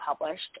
published